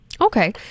Okay